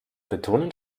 betonen